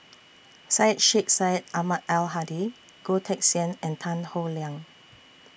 Syed Sheikh Syed Ahmad Al Hadi Goh Teck Sian and Tan Howe Liang